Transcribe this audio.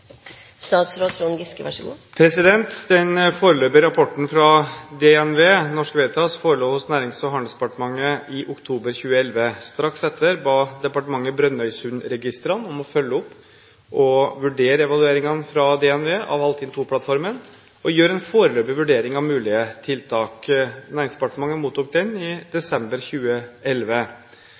Den foreløpige rapporten fra Det Norske Veritas, DNV, forelå hos Nærings- og handelsdepartementet i oktober 2011. Straks etter ba departementet Brønnøysundregistrene om å følge opp og vurdere evalueringene fra DNV av Altinn II-plattformen og gjøre en foreløpig vurdering av mulige tiltak. Næringsdepartementet mottok den i desember 2011.